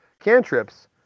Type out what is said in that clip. cantrips